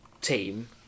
team